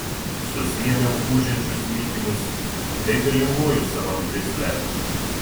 susiėmiau ūžiančius smilkinius taip ir linguoju savam krėsle